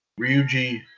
Ryuji